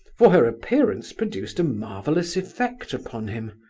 for her appearance produced a marvellous effect upon him.